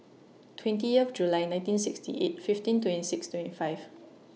twenty of July nineteen sixty eight fifteen twenty six twenty five